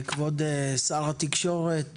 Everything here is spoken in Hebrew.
כבוד שר התקשורת,